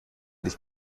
dich